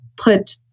put